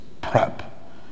prep